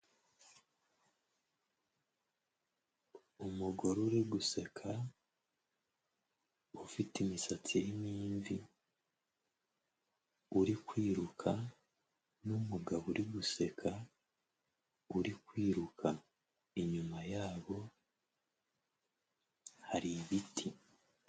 Umugore uri guseka, ufite imisatsi irimo imvi, uri kwiruka n'umugabo uri guseka uri kwiruka, inyuma ye hari ibiti.